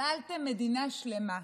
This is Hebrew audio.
טרללתם מדינה שלמה.